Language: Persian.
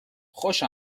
خوش